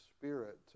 spirit